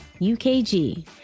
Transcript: UKG